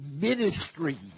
ministry